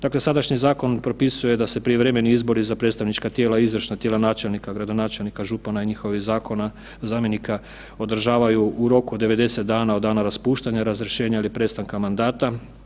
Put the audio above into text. Dakle, sadašnji zakon propisuje da se prijevremeni izbori za predstavnička tijela i izvršna tijela načelnika, gradonačelnika, župana i njihovih zakona, zamjenika održavaju u roku od 90 dana od dana raspuštanja, razrješenja ili prestanka mandata.